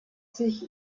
sich